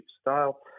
style